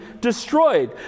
destroyed